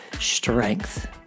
strength